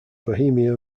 bohemia